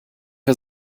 wir